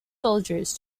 soldiers